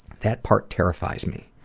that part terrifies me.